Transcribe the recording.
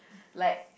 like